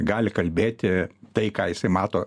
gali kalbėti tai ką jisai mato